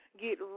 get